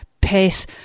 pace